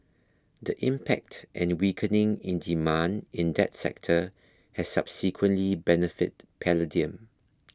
the impact and weakening in demand in that sector has subsequently benefited palladium